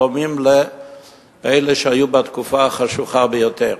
דומים לאלה שהיו בתקופה החשוכה ביותר.